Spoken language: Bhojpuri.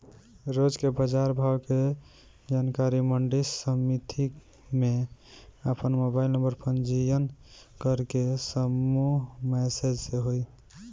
रोज के बाजार भाव के जानकारी मंडी समिति में आपन मोबाइल नंबर पंजीयन करके समूह मैसेज से होई?